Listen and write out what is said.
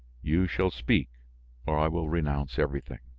you shall speak or i will renounce everything.